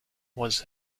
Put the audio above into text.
was